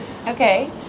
Okay